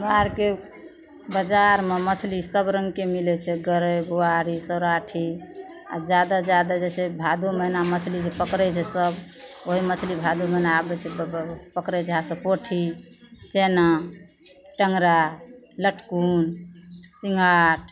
हमरा आओरके बजारमे मछली सब रङ्गके मिलै छै गरै बुआरी सौराठी आओर जादा जादा जे छै भादो महिनामे मछली जे पकड़ै छै सभ ओहि मछली भादो महिना आबै छै पकड़ै छै हाथसे पोठी इचना टेङ्गरा लटकुन सिङ्गाठ